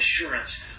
assurance